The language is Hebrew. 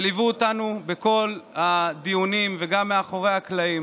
שליווה אותנו בכל הדיונים וגם מאחורי הקלעים.